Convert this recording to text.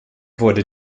wurde